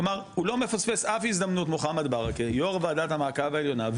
כלומר הוא לא מפספס אף הזדמנות מוחמד בארכה יו"ר ועדת המעקב העליונה,